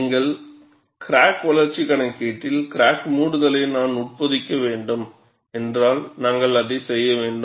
எங்கள் கிராக் வளர்ச்சி கணக்கீட்டில் கிராக் மூடுதலை நான் உட்பொதிக்க வேண்டும் என்றால் நாங்கள் அதை செய்ய வேண்டும்